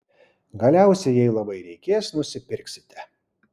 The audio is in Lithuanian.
galiausiai jei labai reikės nusipirksite